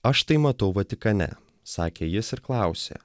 aš tai matau vatikane sakė jis ir klausia